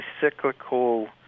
cyclical